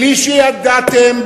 בלי שידעתם,